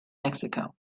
mexico